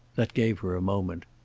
that gave her a moment.